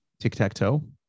Tic-tac-toe